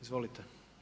Izvolite.